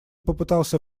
попытался